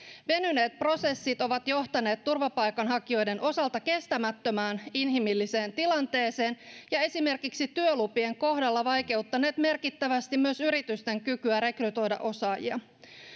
venyneet prosessit ovat johtaneet turvapaikanhakijoiden osalta inhimillisesti kestämättömään tilanteeseen ja esimerkiksi työlupien kohdalla vaikeuttaneet merkittävästi myös yritysten kykyä rekrytoida osaajia